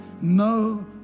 no